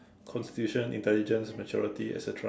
constitution intelligence maturity et cetera